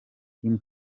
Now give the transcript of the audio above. kim